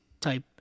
type